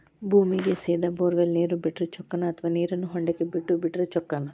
ಭೂಮಿಗೆ ಸೇದಾ ಬೊರ್ವೆಲ್ ನೇರು ಬಿಟ್ಟರೆ ಚೊಕ್ಕನ ಅಥವಾ ನೇರನ್ನು ಹೊಂಡಕ್ಕೆ ಬಿಟ್ಟು ಬಿಟ್ಟರೆ ಚೊಕ್ಕನ?